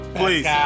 please